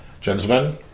gentlemen